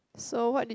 so what did